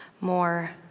more